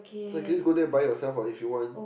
so I can just got there buy yourself what if you want